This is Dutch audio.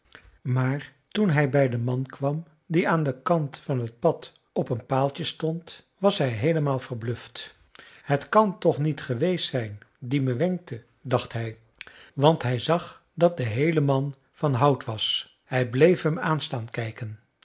maar toen hij bij den man kwam die aan den kant van het pad op een paaltje stond was hij heelemaal verbluft hij kan het toch niet geweest zijn die me wenkte dacht hij want hij zag dat de heele man van hout was hij bleef hem aan staan kijken